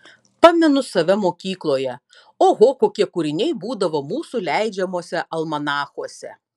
pamenu save mokykloje oho kokie kūriniai būdavo mūsų leidžiamuose almanachuose